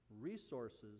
resources